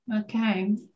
Okay